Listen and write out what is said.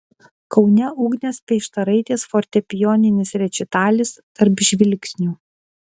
kaune ugnės peištaraitės fortepijoninis rečitalis tarp žvilgsnių